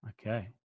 okay